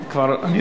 2011,